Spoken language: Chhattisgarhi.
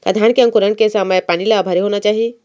का धान के अंकुरण के समय पानी ल भरे होना चाही?